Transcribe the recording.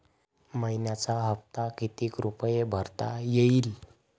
मइन्याचा हप्ता कितीक रुपये भरता येईल?